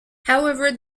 however